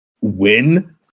win